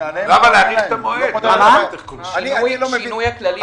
שינוי הכללים